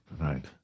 Right